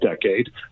decade